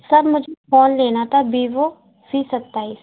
sir मुझे phone लेना था वीवो सी सत्ताईस